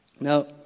Now